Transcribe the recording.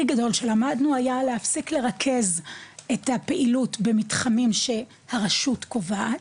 גדול שלמדנו היה להפסיק לרכז את הפעילות במתחמים שהרשות קובעת,